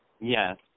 Yes